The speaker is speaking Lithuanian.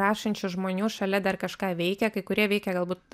rašančių žmonių šalia dar kažką veikia kai kurie veikia galbūt